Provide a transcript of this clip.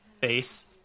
Base